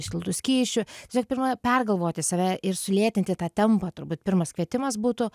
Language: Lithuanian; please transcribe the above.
šiltų skysčių tiesiog pirma pergalvoti save ir sulėtinti tą tempą turbūt pirmas kvietimas būtų